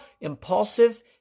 impulsive